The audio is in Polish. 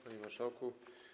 Panie Marszałku!